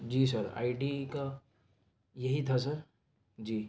G sir I D کا یہی تھا سر جی